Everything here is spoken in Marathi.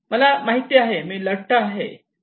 मला माहिती आहे मी लठ्ठ आहे